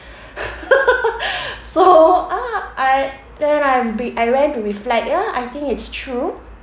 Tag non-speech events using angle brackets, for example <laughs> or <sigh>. <laughs> so ah I then I be I went to reflect ya I think it's true